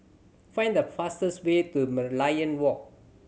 find the fastest way to Merlion Walk